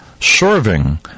Serving